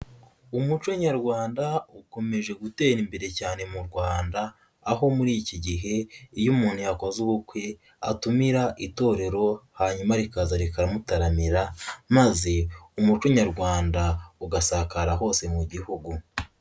Umuco nyarwanda ukomeje gutera imbere cyane mu Rwanda, aho muri iki gihe iyo umuntu yakoze ubukwe, atumira itorero hanyuma rikaza rikamutaramira maze umuco nyarwanda ugasakara hose mu gihugu.